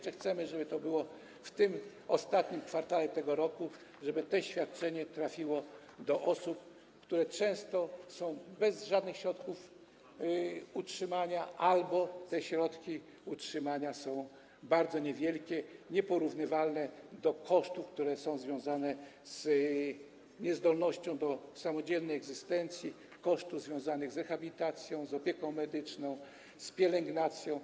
Chcemy, żeby to było w ostatnim kwartale tego roku i żeby to świadczenie trafiło do osób, które często są bez żadnych środków utrzymania albo mają te środki utrzymania bardzo niewielkie, nieporównywalne do kosztów, które są związane z niezdolnością do samodzielnej egzystencji, kosztów związanych z rehabilitacją, z opieką medyczną, z pielęgnacją.